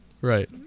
right